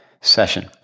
session